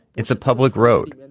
it's a public road.